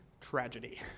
tragedy